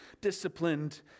disciplined